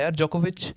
Djokovic